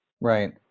Right